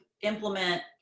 implement